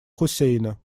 хусейна